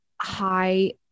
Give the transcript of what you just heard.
high